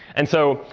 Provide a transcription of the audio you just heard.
and so,